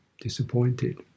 disappointed